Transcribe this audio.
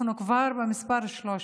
אנחנו כבר במספר 13,